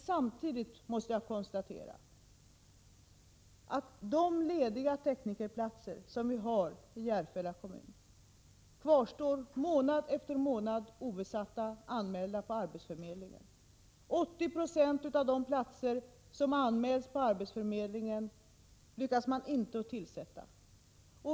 Samtidigt måste jag konstatera att de lediga teknikerplatser som vi har i Järfälla kvarstår obesatta månad efter månad, trots att de är anmälda på arbetsförmedlingen. 80 26 av de platser som har anmälts på arbetsförmedlingen har man inte lyckats tillsätta.